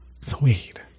sweet